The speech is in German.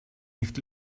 nicht